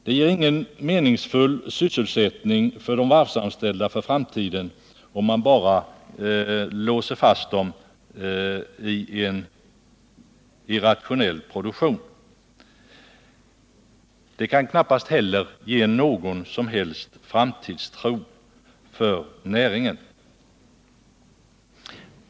Det ger ingen meningsfull sysselsättning för de varvsanställda för framtiden om man bara låser fast dem i en irrationell produktion. Det kan knappast heller ge någon som helst framtidstro för näringen.